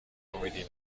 امیدی